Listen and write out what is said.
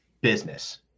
business